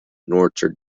notre